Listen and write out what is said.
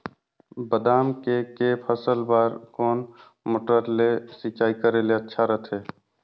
बादाम के के फसल बार कोन मोटर ले सिंचाई करे ले अच्छा रथे?